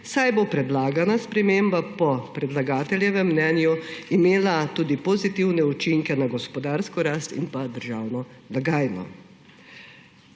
saj bo predlagana sprememba po predlagateljevem mnenju imela tudi pozitivne učinke na gospodarsko rast in pa državno blagajno.